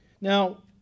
now